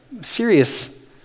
serious